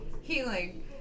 healing